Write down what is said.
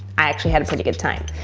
i actually had a pretty good time.